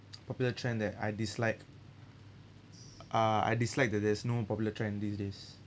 popular trend that I dislike ah I dislike that there's no popular trend these days